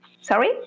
Sorry